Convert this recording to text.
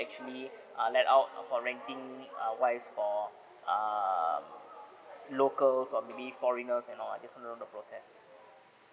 actually ah let out for renting uh wise for err locals or maybe foreigners and all I just want to know the process